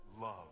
love